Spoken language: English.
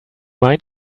mind